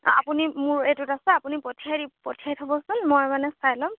আপুনি মোৰ এইটোত আছে আপুনি পঠিয়াই দি পঠিয়াই থ'বচোন মই মানে চাই ল'ম